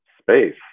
space